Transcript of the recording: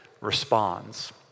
responds